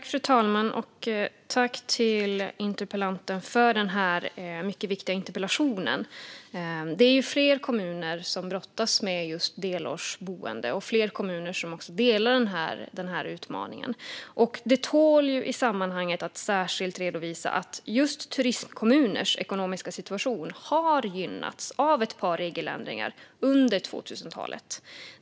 Fru talman! Jag tackar interpellanten för den mycket viktiga interpellationen. Det är flera kommuner som brottas med just frågan om delårsboende. Flera kommuner delar utmaningen. Det tål i sammanhanget att särskilt redovisas att just turistkommuners ekonomiska situation har gynnats av ett par regeländringar under 2000-talet.